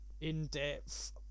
in-depth